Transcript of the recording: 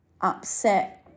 upset